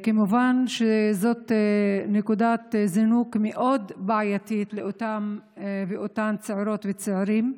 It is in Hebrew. כמובן שזאת נקודת זינוק מאוד בעייתית לאותם ואותן צעירות וצעירים,